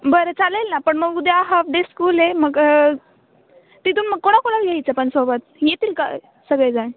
बरं चालेल ना पण मग उद्या हाफ डे स्कूल आहे मग तिथून मग कोणाकोणाला घ्यायचं पण सोबत येतील का सगळे जण